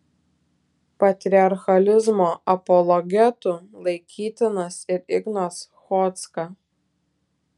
patriarchalizmo apologetu laikytinas ir ignas chodzka